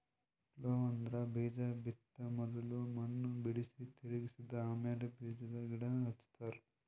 plough ಅಂದ್ರ ಬೀಜಾ ಬಿತ್ತ ಮೊದುಲ್ ಮಣ್ಣ್ ಬಿಡುಸಿ, ತಿರುಗಿಸ ಆಮ್ಯಾಲ ಬೀಜಾದ್ ಗಿಡ ಹಚ್ತಾರ